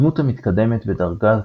דמות המתקדמת בדרגות